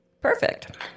perfect